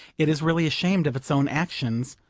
it is really ashamed of its own actions,